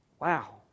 Wow